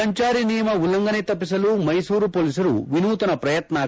ಸಂಚಾರಿ ನಿಯಮ ಉಲ್ಲಂಘನೆ ತಪ್ಪಿಸಲು ಮೈಸೂರು ಪೊಲೀಸರು ವಿನೂತನ ಪ್ರಯತ್ನಕ್ಕೆ